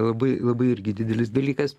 labai labai irgi didelis dalykas